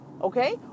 Okay